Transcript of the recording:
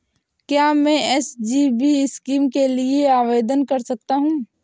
क्या मैं SGB scheme के लिए आवेदन कर सकता हूँ?